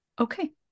Okay